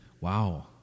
Wow